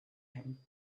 him